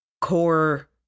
core